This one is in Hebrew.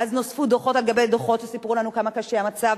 נוספו דוחות על גבי דוחות וסיפרו לנו כמה קשה המצב